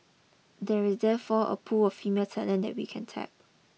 there is therefore a pool of female talent that we can tap